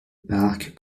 parc